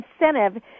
incentive